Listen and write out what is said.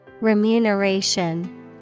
Remuneration